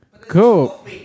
Cool